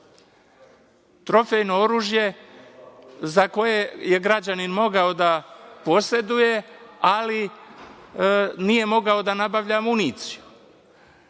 trofejno oružje koje je građanin mogao da poseduje, ali nije mogao da nabavlja municiju.Međutim,